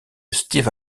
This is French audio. steve